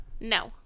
No